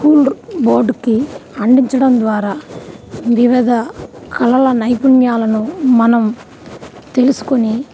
school బోర్డ్కి అంటించడం ద్వారా వివిధ కళల నైపుణ్యాలను మనం తెలుసుకొని